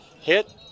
Hit